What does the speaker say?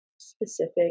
specific